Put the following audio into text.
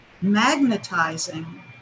magnetizing